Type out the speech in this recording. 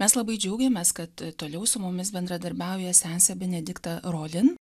mes labai džiaugiamės kad toliau su mumis bendradarbiauja sesė benedikta rodin